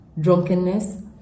drunkenness